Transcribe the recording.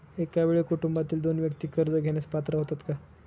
एका वेळी कुटुंबातील दोन व्यक्ती कर्ज घेण्यास पात्र होतात का?